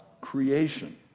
creation